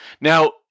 Now